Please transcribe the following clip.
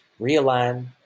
realign